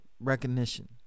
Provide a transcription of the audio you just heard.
recognition